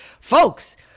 Folks